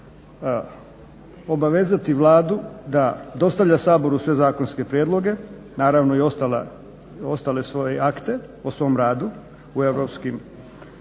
vrlo bitno obavezati Vladu da dostavlja Saboru sve zakonske prijedloge, naravno i ostale svoje akte o svom radu u europskim